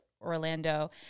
Orlando